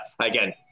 again